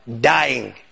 dying